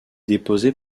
déposée